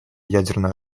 ядерно